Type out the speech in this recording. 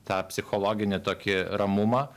tą psichologinį tokį ramumą